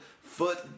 foot